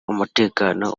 umutekano